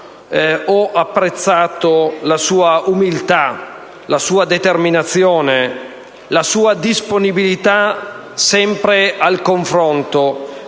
apprezzare la sua umiltà, la sua determinazione e la sua disponibilità, sempre, al confronto,